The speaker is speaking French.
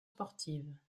sportives